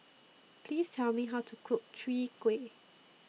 Please Tell Me How to Cook Chwee Kueh